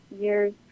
years